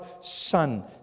Son